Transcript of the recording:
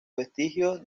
vestigios